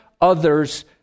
others